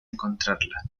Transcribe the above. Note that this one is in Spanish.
encontrarla